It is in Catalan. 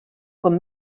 com